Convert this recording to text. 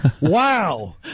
wow